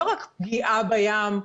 לא רק פגיעה בים,